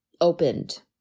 opened